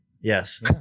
Yes